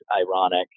ironic